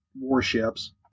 warships